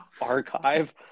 archive